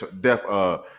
death